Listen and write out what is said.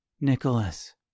Nicholas